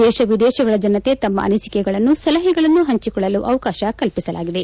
ದೇಶ ವಿದೇಶಗಳ ಜನತೆ ತಮ್ಮ ಅನಿಸಿಕೆಗಳನ್ನು ಸಲಹೆಗಳನ್ನು ಪಂಚಿಕೊಳ್ಳಲು ಅವಕಾಶ ಕಲ್ಲಿಸಲಾಗಿದೆ